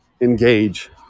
engage